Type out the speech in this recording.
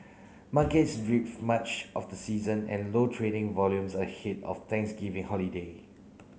markets drift much of the season and low trading volumes ahead of Thanksgiving holiday